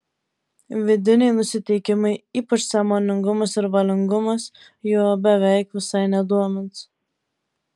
vidiniai nusiteikimai ypač sąmoningumas ir valingumas jo beveik visai nedomins